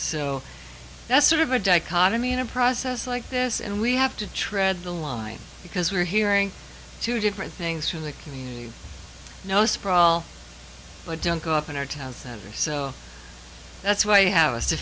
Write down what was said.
so that's sort of a dichotomy in a process like this and we have to tread the line because we're hearing two different things from the community no sprawl but junk up in our town center so that's why you have